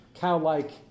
cow-like